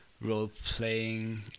role-playing